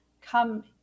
come